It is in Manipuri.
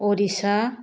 ꯑꯣꯔꯤꯁꯥ